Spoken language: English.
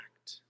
act